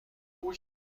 اون